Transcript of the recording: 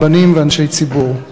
רבנים ואנשי ציבור: